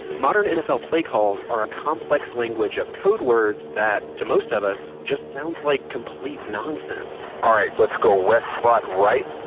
modern nfl play calls are a complex language of code words that, to most us, just sound like complete nonsense alright, lets go west slot right,